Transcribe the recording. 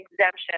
exemption